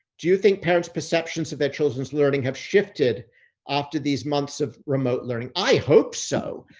do you think parents' perceptions of their children's learning have shifted after these months of remote learning? i hope so.